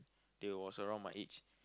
they was around my age